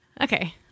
Okay